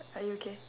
are you okay